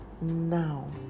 now